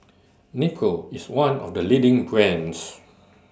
Nepro IS one of The leading brands